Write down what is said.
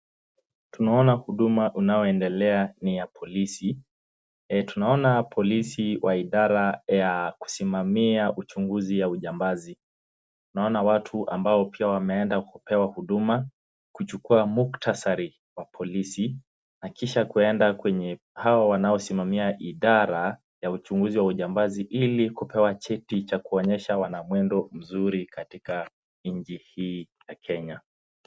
Tunaona huduma unaoendelea ni ya polisi. Tunaona polisi wa idara ya polisi ya kusimamua uchunguzi wa ujambazi. Tunaona watu ambao pia wameenda kupewa huduma kuchukua muktasari wa polisi na kisha kuenda kwenye hao wanaosimamia idara ya uchunguzi wa ujambazi ili kupewa cheti cha kuonyesha wana mwendo mzuri katika nchi hii ya Kenya.